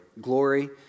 glory